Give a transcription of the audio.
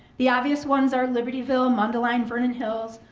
the obvious ones are libertyville, mundiline, vernon hills,